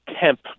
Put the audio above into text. temp